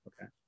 okay